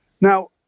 Now